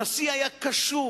הנשיא היה קשוב,